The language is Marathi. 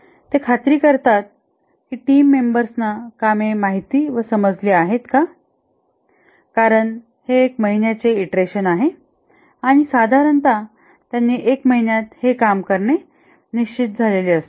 ते खात्री करतात की टीम मेंबर्सना कामे माहित व समजली आहेत का कारण हे १ महिन्याचे ईंटरेशन आहे आणि साधारणतः त्यांनी १ महिन्यात हे काम करणे निश्चित झालेले असते